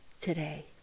today